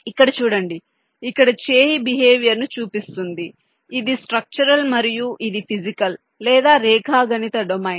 ఇక్కడ చూడండి ఇక్కడ చేయి బిహేవియర్ ను చూపిస్తుంది ఇది స్ట్రక్చరల్ మరియు ఇది ఫిజికల్ లేదా రేఖాగణిత డొమైన్